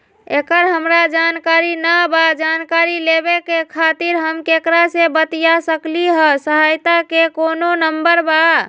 एकर हमरा जानकारी न बा जानकारी लेवे के खातिर हम केकरा से बातिया सकली ह सहायता के कोनो नंबर बा?